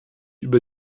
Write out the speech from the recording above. über